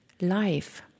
life